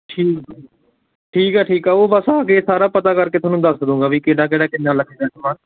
ਠੀਕ ਠੀਕ ਹੈ ਠੀਕ ਹੈ ਉਹ ਬਸ ਆ ਕੇ ਸਾਰਾ ਪਤਾ ਕਰਕੇ ਤੁਹਾਨੂੰ ਦੱਸ ਦੂੰਗਾ ਵੀ ਕਿਹੜਾ ਕਿਹੜਾ ਕਿੰਨਾ ਲੱਗਦਾ ਹੈ